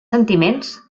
sentiments